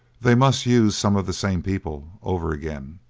they must use some of the same people over again,